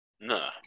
No